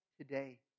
today